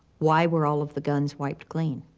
why were all of the guns wiped clean?